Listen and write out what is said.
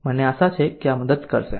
મને આશા છે કે આ મદદ કરશે